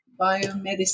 biomedicine